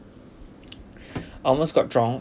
almost got drowned